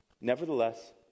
nevertheless